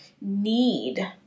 need